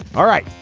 all right.